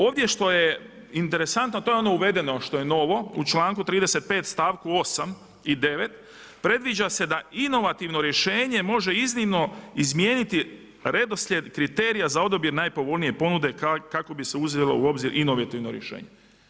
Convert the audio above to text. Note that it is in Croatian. Ovdje što je interesantno, to je ono uvedeno, što je novo u članku 35. stavku 8. i 9., predviđa se da inovativno rješenje može iznimno izmijenit i redoslijed kriterija za odabir najpovoljnije ponude kako bi se uzelo u obzir inovativno rješenje.